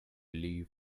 leaf